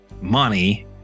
money